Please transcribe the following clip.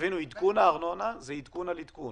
שתבינו עדכון הארנונה זה עדכון על עדכון